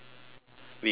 we gossip a lot